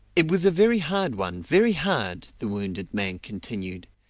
it was a very hard one very hard! the wounded man continued,